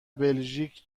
بلژیک